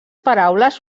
paraules